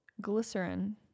Glycerin